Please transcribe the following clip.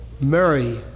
Mary